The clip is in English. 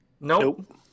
Nope